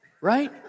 Right